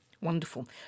Wonderful